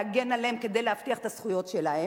להגן עליהם כדי להבטיח את הזכויות שלהם.